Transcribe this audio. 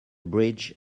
bridge